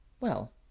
Well